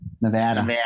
Nevada